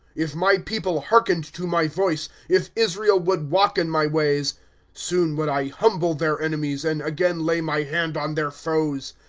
if my people hearkened to my voice. if israel would walk in my ways soon would i humble their enemies. and again lay my hand on their foes.